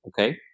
Okay